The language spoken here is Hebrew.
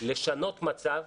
לשנות מצב,